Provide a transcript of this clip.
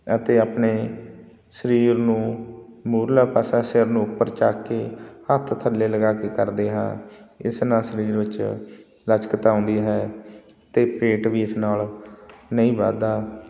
ਅਤੇ ਆਪਣੇ ਸਰੀਰ ਨੂੰ ਮੂਹਰਲਾ ਪਾਸਾ ਸਿਰ ਨੂੰ ਉੱਪਰ ਚੁੱਕ ਕੇ ਹੱਥ ਥੱਲੇ ਲਗਾ ਕੇ ਕਰਦੇ ਹਾਂ ਇਸ ਨਾਲ ਸਰੀਰ ਵਿੱਚ ਲਚਕਤਾ ਆਉਂਦੀ ਹੈ ਅਤੇ ਪੇਟ ਵੀ ਇਸ ਨਾਲ ਨਹੀਂ ਵੱਧਦਾ